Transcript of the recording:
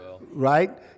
Right